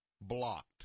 blocked